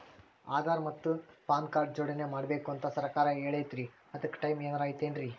ಆಧಾರ ಮತ್ತ PAN card ನ ಜೋಡಣೆ ಮಾಡ್ಬೇಕು ಅಂತಾ ಸರ್ಕಾರ ಹೇಳೈತ್ರಿ ಅದ್ಕ ಟೈಮ್ ಏನಾರ ಐತೇನ್ರೇ?